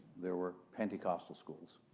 there were pentecostal schools.